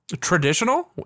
traditional